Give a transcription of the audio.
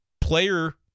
player